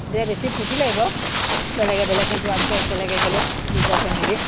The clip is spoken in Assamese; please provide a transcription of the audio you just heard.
তেতিয়া বেছি ফূৰ্তি লাগিব বেলেগে বেলেগে যোৱাতকৈ একেলগে গ'লে দুইটা ফেমিলী